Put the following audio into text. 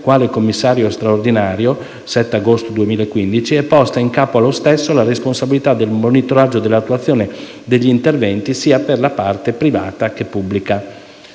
quale commissario straordinario, avvenuta il 7 agosto 2015, è posta in capo allo stesso la responsabilità del monitoraggio e dell'attuazione degli interventi, sia per la parte privata che per